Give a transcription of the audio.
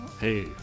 Hey